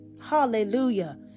hallelujah